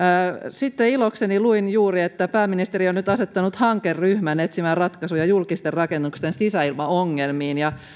sitten ilokseni luin juuri että pääministeri on nyt asettanut hankeryhmän etsimään ratkaisuja julkisten rakennusten sisäilmaongelmiin ja